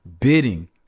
bidding